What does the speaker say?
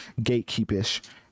gatekeepish